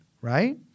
right